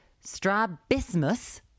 strabismus